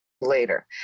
later